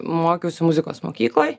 mokiausi muzikos mokykloj